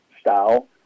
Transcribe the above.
style